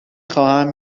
خواهم